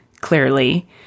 clearly